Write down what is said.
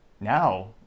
now